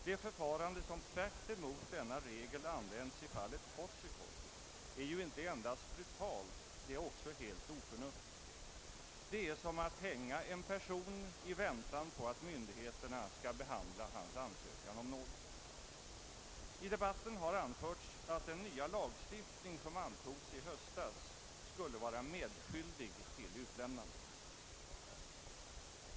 Det förfarande som tvärtemot denna regel använts i fallet Kotzikos är inte endast brutalt, utan också helt oförnuftigt. Det är som att hänga en person i väntan på att myndigheterna skall behandla hans ansökan om nåd. I debatten har anförts att den nya lagstiftning som antogs i höstas skulle vara medskyldig till utlämnandet.